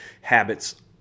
habits